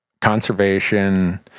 conservation